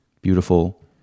Beautiful